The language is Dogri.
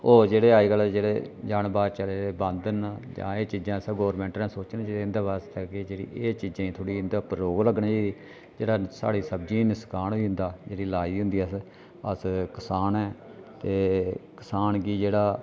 ओह् जेह्ड़े अजकल जेह्ड़े जानबाज चलदे बांदर न जां एह् चीजां असें गौरमैंट ने सोचना चाही दा एह्दे आस्तै कि जेह्ड़़ी एह् चीजां इंदे उप्पर थोह्ड़ी रोक लग्गनी चाही दी जेह्ड़ा साढ़ी सब्जियें गी नुक्सान होई जंदा जेह्ड़ी लाई दी होंदी असें ते अस कसान आं ते कसान गी जेह्ड़ा